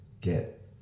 get